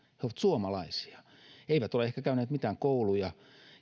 he ovat suomalaisia he eivät ole ehkä käyneet mitään kouluja